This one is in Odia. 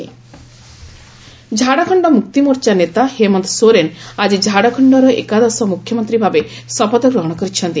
ଝାଡ଼ଖଣ୍ଡ ସିଏମ୍ ଝାଡ଼ଖଣ୍ଡ ମୁକ୍ତିମୋର୍ଚ୍ଚା ନେତା ହେମନ୍ତ ସୋରେନ୍ ଆଜି ଝାଡ଼ଖଣ୍ଡର ଏକାଦଶ ମୁଖ୍ୟମନ୍ତ୍ରୀ ଭାବେ ଶପଥ ଗ୍ରହଣ କରିଛନ୍ତି